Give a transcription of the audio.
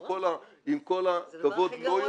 עם כל הכבוד,